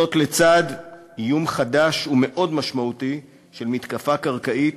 זאת לצד איום חדש ומאוד משמעותי של מתקפה קרקעית